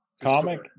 comic